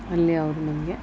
ಅಲ್ಲಿ ಅವರು ನಮಗೆ